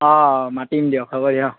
অ মাতিম দিয়ক হ'ব দিয়ক